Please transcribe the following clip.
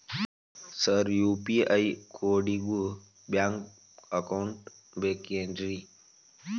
Sir UPI ಕೋಡಿಗೂ bank account ಬೇಕೆನ್ರಿ?